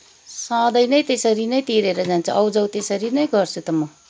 सधैँ नै त्यसरी नै तिरेर जान्छौँ आउ जाउ त्यसरी नै गर्छु त म